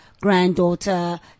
granddaughter